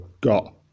got